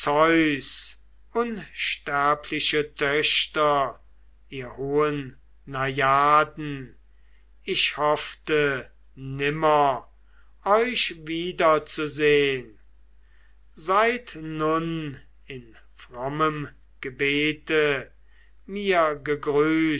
unsterbliche töchter ihr hohen najaden ich hoffte nimmer euch wiederzusehn seid nun in frommem gebete mir gegrüßt